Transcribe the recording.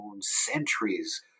centuries